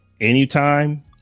Anytime